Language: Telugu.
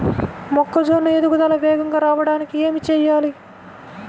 మొక్కజోన్న ఎదుగుదల వేగంగా రావడానికి ఏమి చెయ్యాలి?